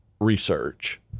Research